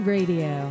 Radio